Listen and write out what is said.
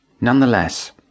Nonetheless